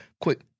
Quick